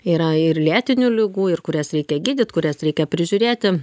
yra ir lėtinių ligų ir kurias reikia gydyt kurias reikia prižiūrėti